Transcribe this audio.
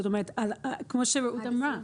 זאת אומרת: כמו שרעות אמרה,